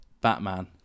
Batman